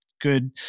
good